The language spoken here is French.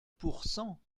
pourcent